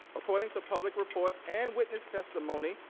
according to public reports and witness testimony,